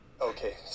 Okay